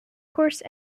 course